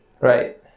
Right